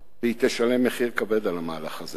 והיא תשלם מחיר כבד על המהלך הזה.